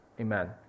amen